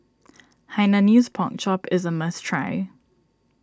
Hainanese Pork Chop is a must try